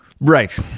Right